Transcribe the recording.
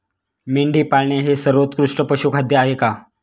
मेंढी पाळणे हे सर्वोत्कृष्ट पशुखाद्य आहे का?